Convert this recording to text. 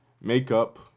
makeup